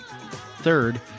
Third